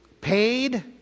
Paid